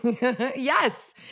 Yes